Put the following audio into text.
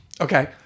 Okay